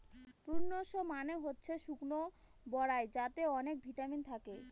prunes মানে হচ্ছে শুকনো বরাই যাতে অনেক ভিটামিন থাকে